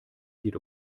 geht